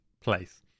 place